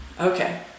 Okay